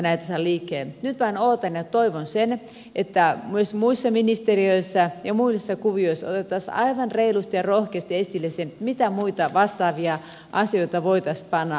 nyt vain odotan ja toivon sitä että myös muissa ministeriöissä ja muissa kuvioissa otettaisiin aivan reilusti ja rohkeasti esille se mitä muita vastaavia asioita voitaisiin panna liikkeelle